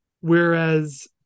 Whereas